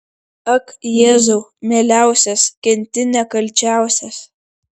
ak jėzau mieliausias kenti nekalčiausias